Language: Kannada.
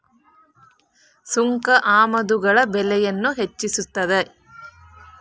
ಸುಂಕ ಆಮದುಗಳ ಬೆಲೆಗಳನ್ನ ಹೆಚ್ಚಿಸ್ತದ